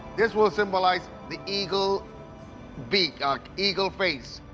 this will symbolize the eagle beak. um eagle face.